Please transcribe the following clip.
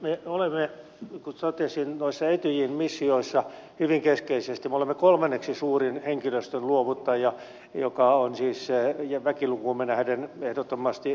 me olemme kuten totesin noissa etyjin missioissa hyvin keskeisesti mukana me olemme kolmanneksi suurin henkilöstön luovuttaja mikä on siis väkilukuumme nähden ehdottomasti suurin